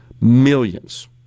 millions